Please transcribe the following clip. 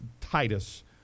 titus